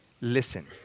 Listen